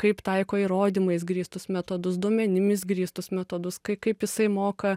kaip taiko įrodymais grįstus metodus duomenimis grįstus metodus kai kaip jisai moka